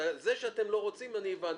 זה שאתם לא רוצים אני הבנתי.